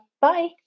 Bye